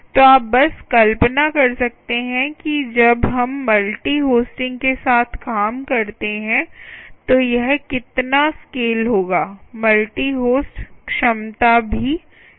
तो आप बस कल्पना कर सकते हैं कि जब हम मल्टी होस्टिंग के साथ काम करते हैं तो यह कितना स्केल होगा मल्टी होस्ट क्षमता भी है